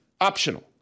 optional